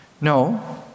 No